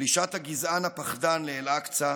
פלישת הגזען הפחדן לאל-אקצא,